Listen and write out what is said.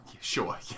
sure